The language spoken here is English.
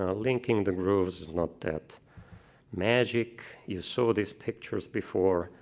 ah linking the grooves is not that magic. you saw these pictures before.